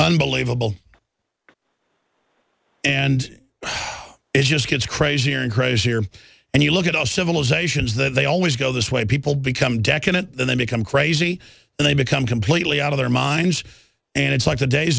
unbelievable and it just gets crazier and crazier and you look at all civilizations that they always go this way people become decadent and they become crazy and they become completely out of their minds and it's like the days